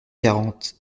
quarante